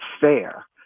fair